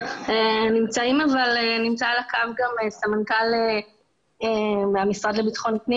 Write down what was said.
נמצא על הקו גם סמנכ"ל המשרד לביטחון פנים